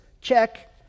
check